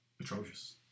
atrocious